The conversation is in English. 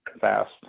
fast